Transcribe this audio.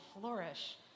flourish